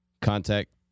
Contact